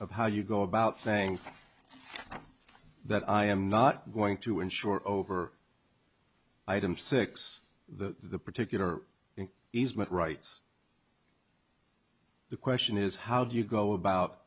of how you go about saying that i am not going to insure over item six the particular easement rights the question is how do you go about